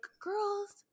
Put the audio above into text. girls